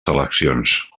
seleccions